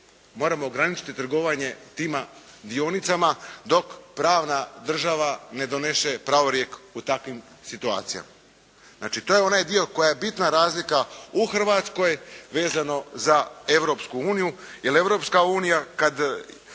moramo ograničiti trgovanje tima dionicama, dok pravna država ne donese pravorijek u takvim situacijama. Znači to je onaj dio koja je bitna razlika u Hrvatskoj vezano za Europsku uniju. Jer Europska unija kada